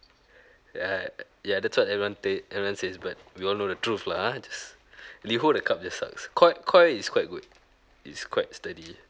ya ya that's what everyone think everyone says but we all know the truth lah just liho the cup just sucks koi koi is quite good it's quite sturdy